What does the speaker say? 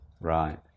Right